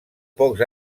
pocs